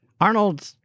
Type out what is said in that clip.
Arnold